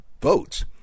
votes